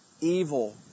Evil